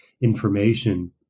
information